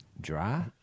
dry